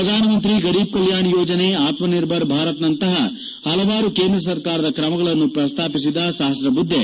ಪ್ರಧಾನಮಂತ್ರಿ ಗರೀಬ್ ಕಲ್ಕಾಣ ಯೋಜನಾ ಆಕ್ಕ ನಿರ್ಭರ ಭಾರತ್ ನಂತಹ ಪಲವಾರು ಕೇಂದ್ರ ಸರ್ಕಾರದ ಕ್ರಮಗಳನ್ನು ಪ್ರಸ್ತಾಪಿಸಿದ ಸಪ್ರ ಬುದ್ದೆ